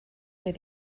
beth